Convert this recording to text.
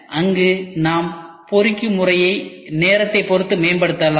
அங்கு நாம் பொரிக்கும் முறையை நேரத்தை பொறுத்து மேம்படுத்தலாம்